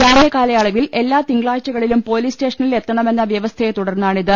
ജാമ്യകാലയളവിൽ എല്ലാ തിങ്കളാഴ്ചകളിലും പൊലീസ് സ്റ്റേഷനിൽ എത്തണമെന്ന വ്യവസ്ഥയെ തുടർന്നാണിത്